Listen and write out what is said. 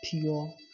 pure